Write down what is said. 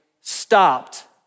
stopped